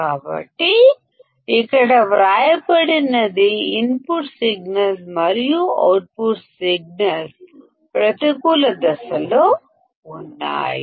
కాబట్టి ఇక్కడ వ్రాయబడినది ఇన్పుట్ సిగ్నల్స్ మరియు అవుట్పుట్ సిగ్నల్స్అవుట్ అఫ్ ఫేస్ లో ఉన్నాయి